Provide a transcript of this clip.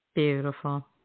Beautiful